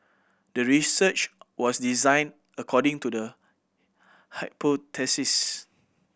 the research was designed according to the